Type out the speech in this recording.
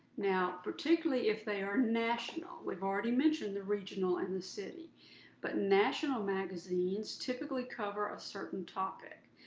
now particularly if they are national we've already mentioned the regional and the city but national magazines, typically cover a certain topic.